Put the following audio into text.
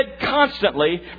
constantly